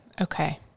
Okay